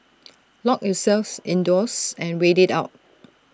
lock yourselves indoors and wait IT out